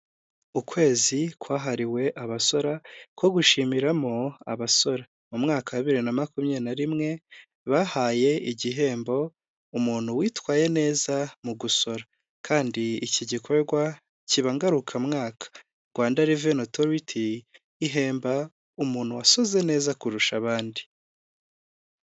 Ukwezi kwahariwe abasora ko gushimiramo abasora, mu mwaka wa bibiri na makumyabiri na rimwe bahaye igihembo umuntu witwaye neza mu gusora kandi iki gikorwa kiba ngarukamwaka. Rwanda reveni otoriti ihemba umuntu wasoze neza kurusha abandi.